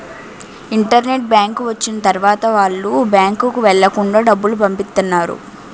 internet bank వచ్చిన తర్వాత వాళ్ళు బ్యాంకుకు వెళ్లకుండా డబ్బులు పంపిత్తన్నారు